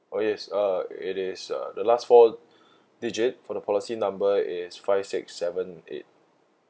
oh yes uh it is uh the last four digit for the policy number is five six seven eight